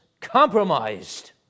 compromised